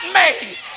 made